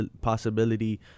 possibility